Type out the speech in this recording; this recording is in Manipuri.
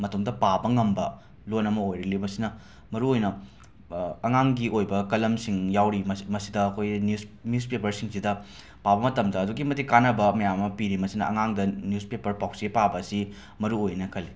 ꯃꯇꯣꯝꯇ ꯄꯥꯕ ꯉꯝꯕ ꯂꯣꯟ ꯑꯃ ꯑꯣꯏꯔꯛꯂꯤ ꯃꯁꯤꯅ ꯃꯔꯨꯑꯣꯏꯅ ꯑꯉꯥꯡꯒꯤ ꯑꯣꯏꯕ ꯀꯂꯝꯁꯤꯡ ꯌꯥꯎꯔꯤ ꯃꯁꯤ ꯃꯁꯤꯗ ꯑꯩꯈꯣꯏ ꯅ꯭ꯌꯨꯁ ꯅ꯭ꯌꯨꯁꯄꯦꯄꯔꯁꯤꯡꯁꯤꯗ ꯄꯥꯕ ꯃꯇꯝꯗ ꯑꯗꯨꯛꯀꯤ ꯃꯇꯤꯛ ꯀꯥꯟꯅꯕ ꯃꯌꯥꯝ ꯑꯃ ꯄꯤꯔꯤ ꯃꯁꯤꯅ ꯑꯉꯥꯡꯗ ꯅ꯭ꯌꯨꯁꯄꯦꯄꯔ ꯄꯥꯎꯆꯦ ꯄꯥꯕ ꯑꯁꯤ ꯃꯔꯨꯑꯣꯏꯌꯦꯅ ꯈꯜꯂꯤ